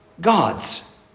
gods